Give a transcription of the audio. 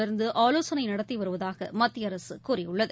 தொடர்ந்து ஆலோசனை நடத்தி வருவதாக மத்திய அரசு கூறியுள்ளது